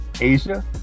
Asia